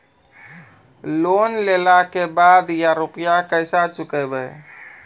Loan लेला के बाद या रुपिया केसे चुकायाबो?